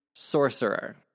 Sorcerer